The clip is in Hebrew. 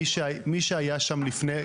מי שהיה שם לפני,